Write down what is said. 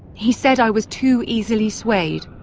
he said i was too easily swayed.